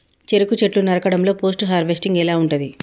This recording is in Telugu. చెరుకు చెట్లు నరకడం లో పోస్ట్ హార్వెస్టింగ్ ఎలా ఉంటది?